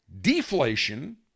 Deflation